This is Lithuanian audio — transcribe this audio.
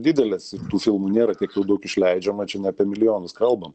didelės ir tų filmų nėra tiek daug išleidžiama čia ne apie milijonus kalbam